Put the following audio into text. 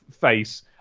face